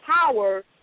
power